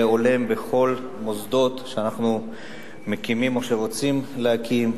הולם בכל המוסדות שאנחנו מקימים או רוצים להקים.